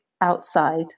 outside